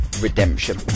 redemption